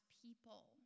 people